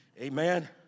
amen